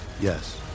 Yes